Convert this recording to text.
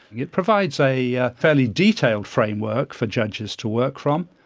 it provides a yeah fairly detailed framework for judges to work from.